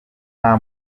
nta